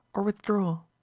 or withdraw?